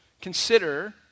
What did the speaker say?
Consider